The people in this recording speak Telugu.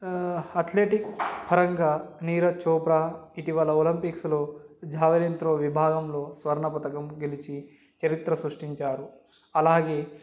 అథ్లెటిక్ పరంగా నీరజ్ చోప్రా ఇటీవల ఒలంపిక్స్లో జావెలిన్ త్రో విభాగంలో స్వర్ణ పథకం గెలిచి చరిత్ర సృష్టించారు అలాగే